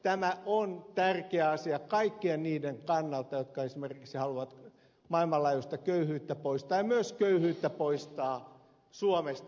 tämä on tärkeä asia kaikkien niiden kannalta jotka esimerkiksi haluavat maailmanlaajuista köyhyyttä poistaa ja myös köyhyyttä poistaa suomesta ed